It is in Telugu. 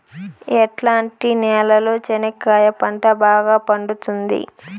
ఎట్లాంటి నేలలో చెనక్కాయ పంట బాగా పండుతుంది?